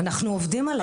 אנחנו עובדים עליה.